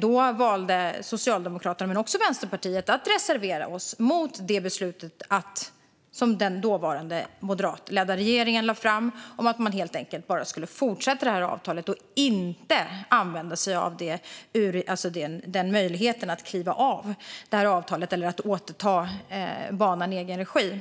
Då valde Socialdemokraterna och Vänsterpartiet att reservera sig mot det förslag till beslut som den dåvarande moderatledda regeringen lade fram om att fortsätta avtalet och inte använda sig av möjligheten att kliva av avtalet eller återta banan i egen regi.